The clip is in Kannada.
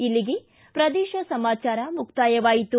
ಇಲ್ಲಿಗೆ ಪ್ರದೇಶ ಸಮಾಚಾರ ಮುಕ್ತಾಯವಾಯಿತು